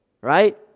right